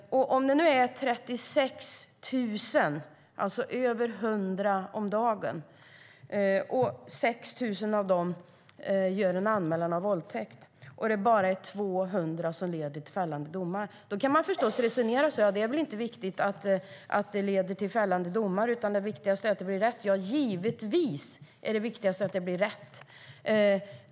Det handlar alltså om 36 000 kvinnor - alltså över 100 om dagen - och 6 000 av dem gör en anmälan om våldtäkt, men bara 200 fall leder till fällande domar. Då kan man förstås säga att det inte är viktigt att det leder till fällande domar utan att det viktigaste är att det blir rätt. Givetvis är det viktigaste att det blir rätt.